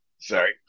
Sorry